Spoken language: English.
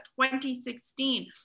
2016